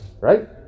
right